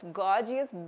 gorgeous